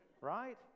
right